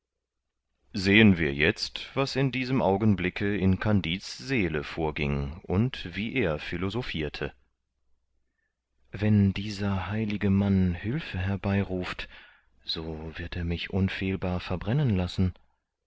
sehen wir jetzt was in diesem augenblicke in kandid's seele vorging und wie er philosophirte wenn dieser heilige mann hülfe herbeiruft so wird er mich unfehlbar verbrennen lassen